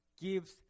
gives